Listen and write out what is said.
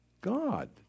God